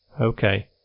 Okay